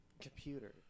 computer